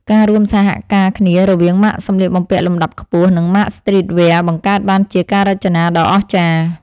ការរួមសហការគ្នារវាងម៉ាកសម្លៀកបំពាក់លំដាប់ខ្ពស់ និងម៉ាកស្ទ្រីតវែរបង្កើតបានជាការរចនាដ៏អស្ចារ្យ។